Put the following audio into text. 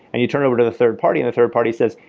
and you turn over to the third party and the third party says,